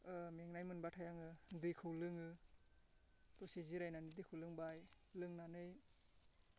मेंनाय मोनबाथाय आङो दैखौ लोङो दसे जिरायनानै दैखौ लोंबाय लोंनानै